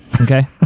okay